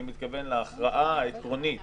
אני מתכוון להכרעה העקרונית